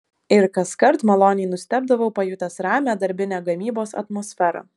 ir kaskart maloniai nustebdavau pajutęs ramią darbinę gamybos atmosferą